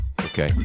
Okay